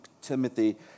Timothy